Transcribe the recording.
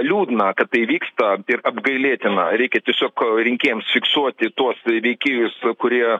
liūdna kad tai vyksta ir apgailėtina reikia tiesiog rinkėjams fiksuoti tuos veikėjus kurie